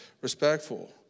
respectful